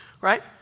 right